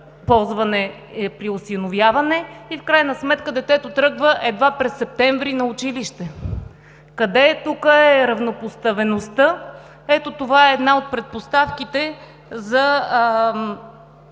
ползване при осиновяване и в крайна сметка детето тръгва едва през септември на училище. Къде тук е равнопоставеността? Ето това е една от предпоставките за